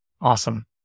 Awesome